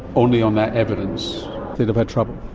only on that evidence you'd have had trouble.